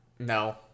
No